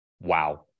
wow